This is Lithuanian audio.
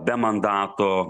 be mandato